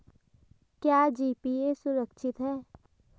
क्या जी.पी.ए सुरक्षित है?